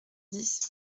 dix